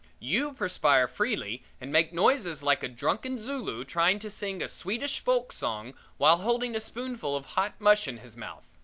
you perspire freely and make noises like a drunken zulu trying to sing a swedish folk song while holding a spoonful of hot mush in his mouth.